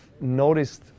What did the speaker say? noticed